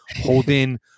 holding